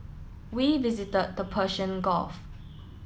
we visit the Persian Gulf